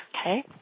Okay